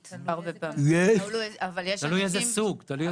אבל יש אנשים --- תלוי איזה סוג, תלוי.